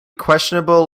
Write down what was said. questionable